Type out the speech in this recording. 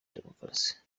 demokarasi